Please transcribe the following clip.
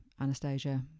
Anastasia